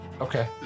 Okay